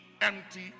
empty